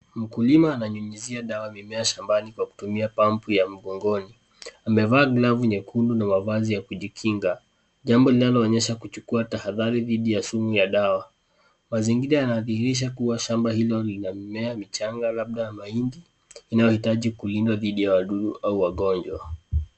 Mkulima ananyunyizia dawa mimea shambani kwa kutumia pampu ya mgongoni. Amevaa glavu nyekundu na mavazi ya kujikinga, jambo linaloonyesha kuchukua tahadhari dhidi ya sumu ya dawa. Mazingira yanadhihirisha kuwa shamba hilo lina mimea michanga labda mahindi inayohitaji kulindwa dhidi ya wadudu au wagonjwa.